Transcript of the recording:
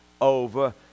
over